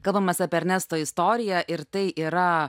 kalbamės apie ernesto istoriją ir tai yra